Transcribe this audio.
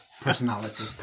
personality